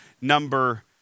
number